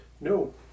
No